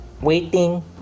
waiting